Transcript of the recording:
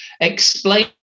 explain